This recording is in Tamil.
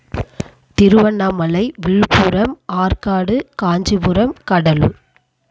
திருவண்ணாமலை விழுப்புரம் ஆற்காடு காஞ்சிபுரம் கடலூர்